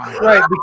right